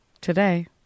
today